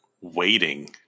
waiting